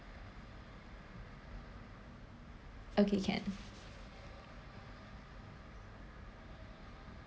okay can